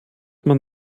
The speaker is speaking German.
man